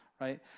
right